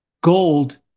Gold